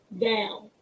down